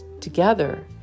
together